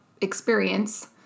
experience